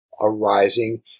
arising